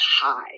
high